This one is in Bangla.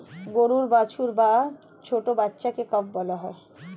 গরুর বাছুর বা ছোট্ট বাচ্ছাকে কাফ বলা হয়